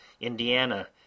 Indiana